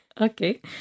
Okay